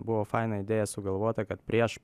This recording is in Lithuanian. buvo faina idėja sugalvota kad prieš